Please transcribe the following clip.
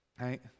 right